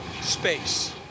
space